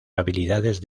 habilidades